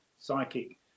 psychic